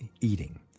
eating